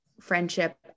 friendship